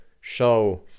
show